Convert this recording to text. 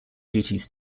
duties